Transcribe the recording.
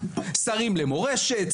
שרים למורשת,